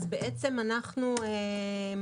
עוד לא ראינו מה המשרד עושה.